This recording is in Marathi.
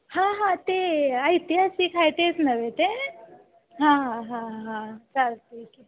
हां हां ते ऐतिहासिक आहे तेच नव्हे ते हां हां हां चालतं आहे की